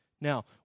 Now